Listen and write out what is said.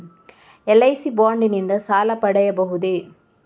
LIC bond ನಿಂದ ಸಾಲ ಪಡೆಯಬಹುದೇ?